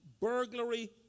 burglary